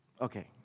Okay